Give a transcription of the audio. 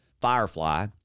Firefly